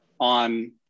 On